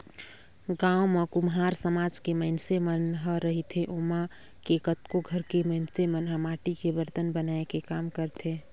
गाँव म कुम्हार समाज के मइनसे मन ह रहिथे ओमा के कतको घर के मइनस मन ह माटी के बरतन बनाए के काम करथे